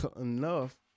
enough